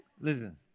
Listen